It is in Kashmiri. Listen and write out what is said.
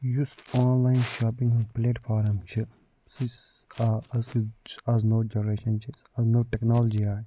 یُس آنلاین شواپِنٛگ ہنٛد پلیٹفارَم چھُ سُہ چھُ آز نٔوٚو جنریشَن چھِ آز نٔوٚو ٹیٚکنالوجی آیہِ